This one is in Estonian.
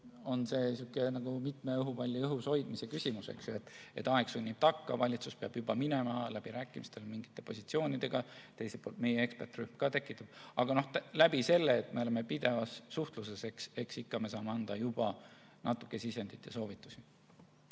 nagu mitme õhupalli õhus hoidmise küsimus. Aeg sunnib takka, valitsus peab juba minema läbirääkimistele mingite positsioonidega, teiselt poolt meie eksperdirühm ka tekitab ... Aga selle tulemusena, et me oleme pidevas suhtluses, saame ikka juba anda ka natuke sisendit ja soovitusi.